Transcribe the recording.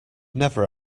never